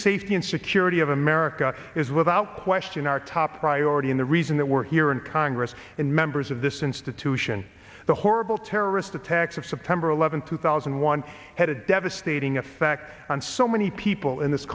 safety and security of america is without question our top priority in the reason that we're here and congress and members of this institution the horrible terrorist attacks of september eleventh two thousand and one had a devastating effect on so many people in this